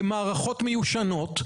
במערכות מיושנות,